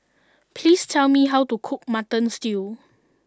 please tell me how to cook Mutton Stew